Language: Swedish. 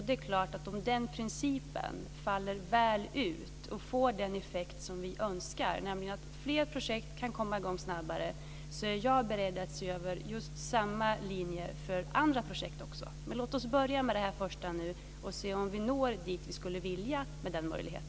Det är klart att om den principen faller väl ut och får den effekt som vi önskar, nämligen att fler projekt kan komma i gång snabbare, så är jag beredd att se över samma linjer för också andra projekt. Men låt oss börja med detta första och se om vi når dit vi skulle vilja med denna möjlighet.